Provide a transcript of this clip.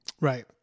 Right